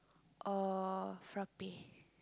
or frappe